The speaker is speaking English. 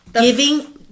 Giving